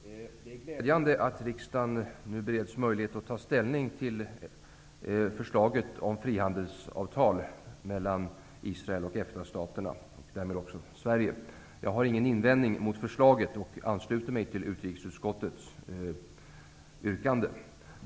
Herr talman! Det är glädjande att riksdagen bereds möjlighet att ta ställning till förslaget om frihandelsavtal mellan Israel och EFTA-staterna, och därmed också Sverige. Jag har ingen invändning mot förslaget, utan ansluter mig till utrikesutskottets yrkande.